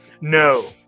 No